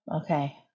okay